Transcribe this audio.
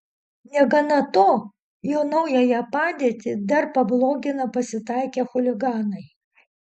negana to jo naująją padėtį dar pablogina pasitaikę chuliganai